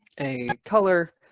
a color.